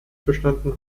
bestanden